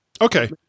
Okay